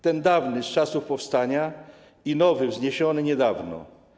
Ten dawny, z czasów powstania, i nowy, wzniesiony niedawno.